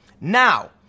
Now